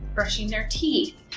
brushing their teeth,